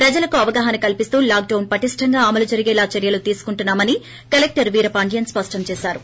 ప్రజలకు అవగాహన కల్పిస్తూ లాక్ డొన్ పటిష్టంగా అమలు జరిగేలా చర్వలు తీసుకుంటున్నా మని కలెక్టర్ వీర పాండ్యన్ స్పష్టం చేశారు